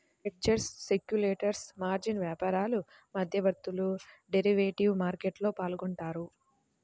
hedgers, speculators, margin వ్యాపారులు, మధ్యవర్తులు derivative మార్కెట్లో పాల్గొంటారు